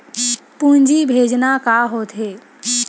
पूंजी भेजना का होथे?